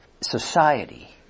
society